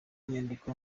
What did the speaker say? nyandiko